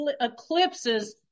eclipses